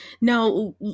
Now